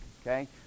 okay